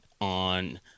on